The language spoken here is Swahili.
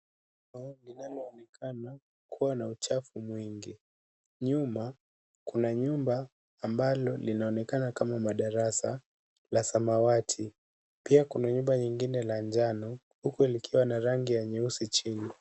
Ubao linaonekana kuwa na uchafu mwingi. Nyuma kuna nyumba linaonekana kama darasa la samawati, pia kuna nyumba nyingine la njano huku likiwa na rangi ya nyeusi chini.